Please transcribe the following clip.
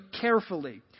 carefully